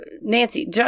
Nancy